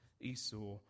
Esau